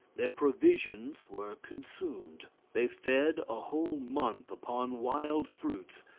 their provisions were consumed they fed a whole month upon wild fruits,